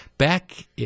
Back